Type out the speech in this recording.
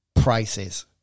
prices